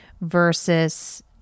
versus